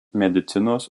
medicinos